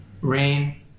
Rain